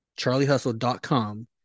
charliehustle.com